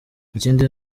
ikindi